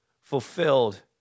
fulfilled